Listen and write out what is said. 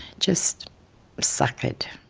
just suckered.